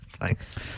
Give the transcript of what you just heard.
Thanks